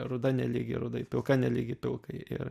ruda nelygi rudai pilka nelygi pilkai ir